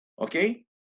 Okay